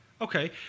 Okay